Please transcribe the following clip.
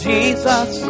Jesus